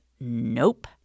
nope